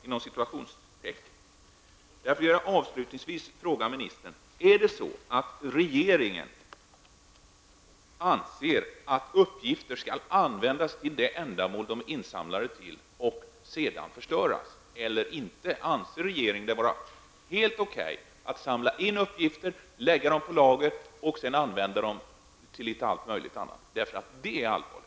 Jag vill därför avslutningsvis fråga ministern: Anser regeringen att uppgifter skall användas för det ändamål för vilket de är insamlade, eller anser regeringen att det är helt okej att samla in uppgifter och lägga dem på lager och sedan använda dem till litet allt möjligt annat? Detta är i så fall allvarligt.